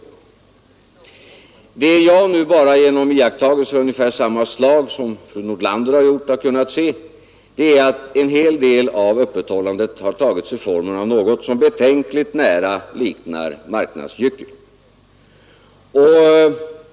Det jag genom iakttagelser av ungefär samma slag som fru Nordlander har kunnat se är att en hel del av öppethållandet har tagit formen av något som betänkligt liknar marknadsgyckel.